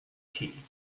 key